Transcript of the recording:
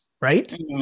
right